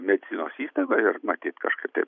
medicinos įstaigoj ir matyt kažkaip tai